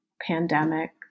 pandemic